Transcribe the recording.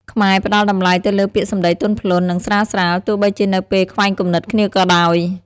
ខ្មែរផ្ដល់់តម្លៃទៅលើពាក្យសម្ដីទន់ភ្លន់ និងស្រាលៗ ទោះបីជានៅពេលខ្វែងគំនិតគ្នាក៏ដោយ។